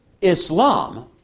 Islam